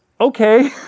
okay